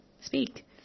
speak